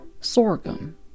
sorghum